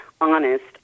honest